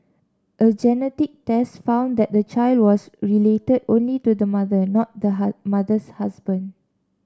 a genetic test found that the child was related only to the mother not the mother's husband